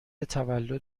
تولد